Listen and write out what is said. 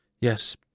Yes